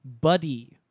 Buddy